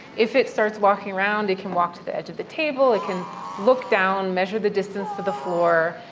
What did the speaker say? if it starts walking around, it can walk to the edge of the table. it can look down, measure the distance to the floor.